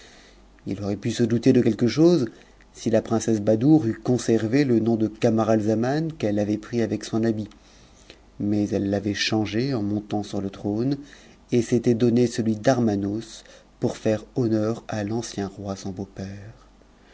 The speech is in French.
ii aurait pu se douter de quelque chose si la princesse badoure ut conservé le nom de camaralzaman qu'elle avait pris avec son habit mais elle l'avait changé en montant sur le trône et s'était donné celui d'armaoos pour faire honneur à l'ancien roi son beau-père